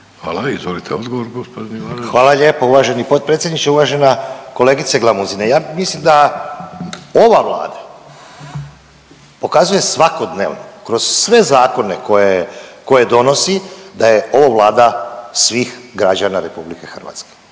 Ivanović. **Ivanović, Goran (HDZ)** Hvala lijepo uvaženi potpredsjedniče. Uvažena kolegice Glamuzina. Ja mislim da ova Vlada pokazuje svakodnevno kroz sve zakone koje donosi, da je ovo Vlada svih građana RH. Svima isto,